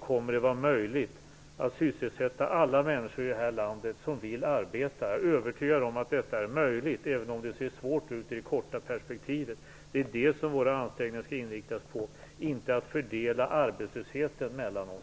kommer det att vara möjligt att sysselsätta alla människor i det här landet som vill arbeta. Jag är övertygad om att detta är möjligt, även om det ser svårt ut i det korta perspektivet. Det är det som våra ansträngningar skall inriktas på - inte att fördela arbetslösheten mellan oss.